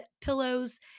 pillows